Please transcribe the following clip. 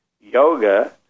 yoga